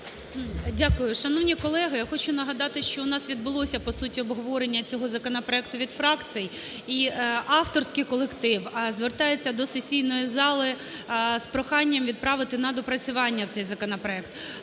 Шановні колеги, я хочу нагадати, що у нас відбулося по суті обговорення цього законопроекту від фракцій. І авторський колектив звертається до сесійної зали з проханням відправити на доопрацювання цей законопроект.